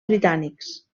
britànics